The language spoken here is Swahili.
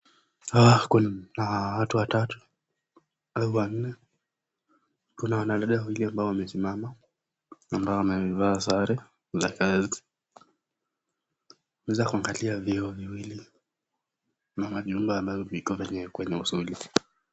Kuna watu watatu au wanne kuna wanadada wawili ambao wamesimama ambao wamevaa sare za kazi, unaweza kuangalia vyoo viwili pale nyuma ambavyo viko kwenye usuli.